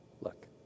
Look